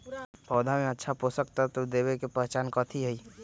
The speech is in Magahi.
पौधा में अच्छा पोषक तत्व देवे के पहचान कथी हई?